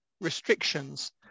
restrictions